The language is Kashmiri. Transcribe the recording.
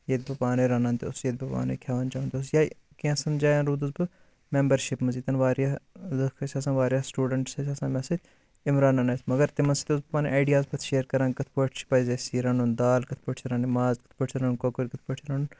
ییٚتہِ بہٕ پانٕے رَنان تہِ اوسُس ییٚتہِ بہٕ پانٕے کھٮ۪وان چیوان تہِ اوسُس یا کینٛژَن جایَن تہِ روٗدُس بہٕ میمبرشِپ منٛز ییٚتٮ۪ن واریاہ لُکھ ٲسۍ آسان واریاہ سٹوٗڈَنٛٹٕس ٲسۍ آسان مےٚ سۭتۍ یِم رَنان ٲسۍ مگر تِمن سۭتۍ اوسُس بہٕ پَنٕنۍ آیڈِیاز پتہٕ شیر کَران کتھ پٲٹھۍ پَزِ اسہِ یہِ رَنُن دال کتھ پٲٹھۍ چھِ رَنٕنۍ ماز کتھ پٲٹھۍ چھُ رَنُن کۄکُر کتھ پٲٹھ چھُ رَنُن